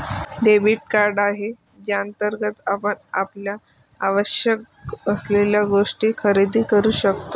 debit card आहे ज्याअंतर्गत आपण आपल्याला आवश्यक असलेल्या गोष्टी खरेदी करू शकतो